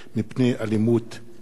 הצעתו של חבר הכנסת יריב לוין.